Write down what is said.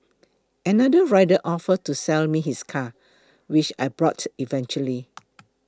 another rider offer to sell me his car which I brought eventually